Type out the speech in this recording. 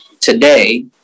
today